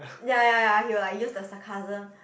ya ya ya he will like use the sarcasm